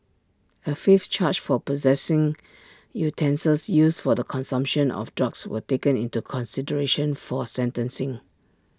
A fifth charge for possessing utensils used for the consumption of drugs was taken into consideration for sentencing